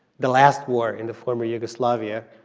the last war in the former yugoslavia,